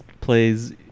plays